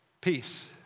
peace